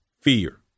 fear